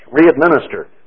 re-administered